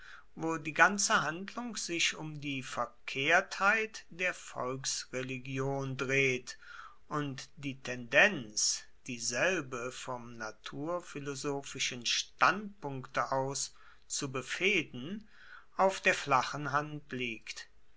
wo die ganze handlung sich um die verkehrtheit der volksreligion dreht und die tendenz dieselbe vom naturphilosophischen standpunkte aus zu befehden auf der flachen hand liegt